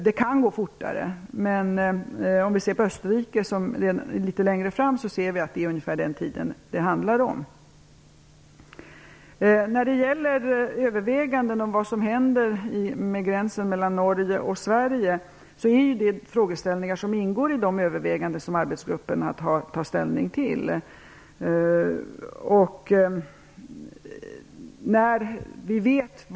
Det kan gå fortare, men om vi som exempel tar Österrike, som har hunnit litet längre, så ser vi att det handlar om ungefär den tiden. Sverige är frågeställningar som ingår i de överväganden som arbetsgruppen har att ta ställning till.